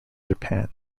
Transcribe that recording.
japan